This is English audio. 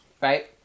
Right